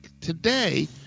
today